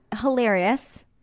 hilarious